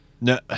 No